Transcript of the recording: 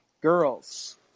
Girls